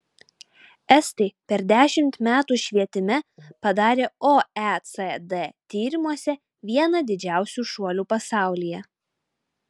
estai per dešimt metų švietime padarė oecd tyrimuose vieną didžiausių šuolių pasaulyje